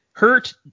Hurt